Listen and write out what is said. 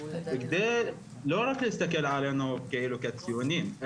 בכדי לא רק להסתכל עלינו כציונים,